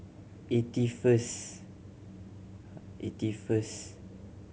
eighty first eighty first